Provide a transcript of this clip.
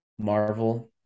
marvel